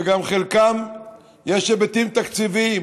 ולחלקן יש היבטים תקציביים,